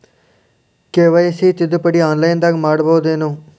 KYC ತಿದ್ದುಪಡಿ ಆನ್ಲೈನದಾಗ್ ಮಾಡ್ಬಹುದೇನು?